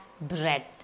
bread